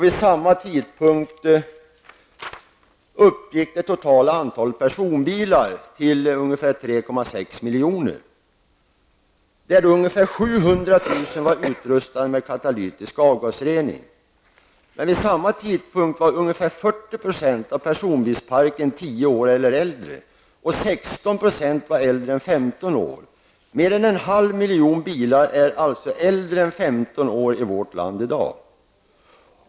Vid samma tidpunkt uppgick det totala antalet personbilar till ungefär 3,6 miljoner, av vilka ungefär 700 000 var utrustade med katalytisk avgasrening. Vid samma tidpunkt var ungefär 40 % av personbilsparken tio år eller ännu äldre, 16 % var äldre än 15 år. Mer än en halv miljon bilar är alltså äldre än 15 år i vårt land i dag.